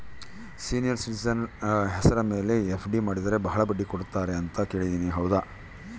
Senior citizen ಹೆಸರ ಮೇಲೆ FD ಮಾಡಿದರೆ ಬಹಳ ಬಡ್ಡಿ ಕೊಡ್ತಾರೆ ಅಂತಾ ಕೇಳಿನಿ ಹೌದಾ?